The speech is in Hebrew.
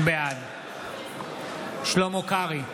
בעד שלמה קרעי,